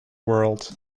world